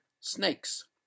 snakes